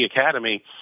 Academy